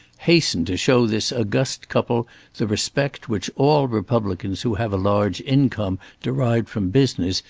hastened to show this august couple the respect which all republicans who have a large income derived from business,